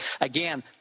again